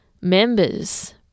members